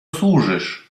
służysz